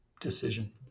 decision